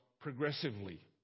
progressively